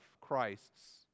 Christ's